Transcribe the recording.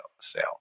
sale